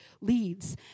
leads